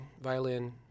violin